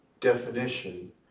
definition